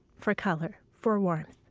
for color, for warmth,